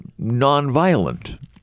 nonviolent